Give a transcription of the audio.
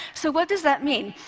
so what does that mean?